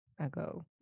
ago